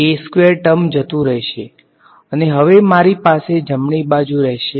તેથી મારી પાસે હશે ટર્મ જતુ રહેશે અને હવે મારી પાસે જમણી બાજુ રહેશે